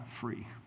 free